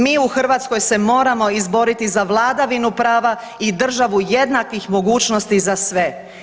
Mi u Hrvatskoj se moramo izboriti za vladavinu prava i državu jednakih mogućnosti za sve.